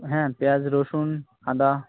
হ্যাঁ পেঁয়াজ রসুন আদা